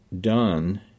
done